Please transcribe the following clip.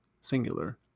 singular